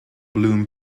bloom